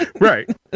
Right